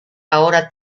ahora